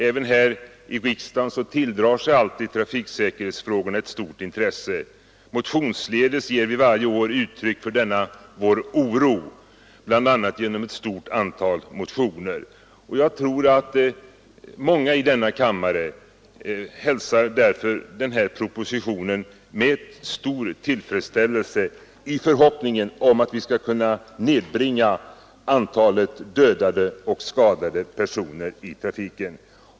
Även här i riksdagen tilldrar sig alltid trafiksäkerhetsfrågorna stort intresse. Vi ger varje år uttryck för detta vårt intresse och vår oro, bl.a. genom ett stort antal motioner. Jag tror därför att många i denna kammare hälsar propositionen med stor: tillfredsställelse, i förhoppningen att vi nu skall kunna nedbringa antalet dödade och skadade i trafiken.